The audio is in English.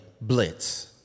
blitz